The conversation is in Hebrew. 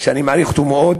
שאני מעריך אותו מאוד,